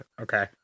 Okay